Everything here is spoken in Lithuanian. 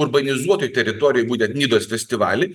urbanizuotoj teritorijoj būtent nidos festivalį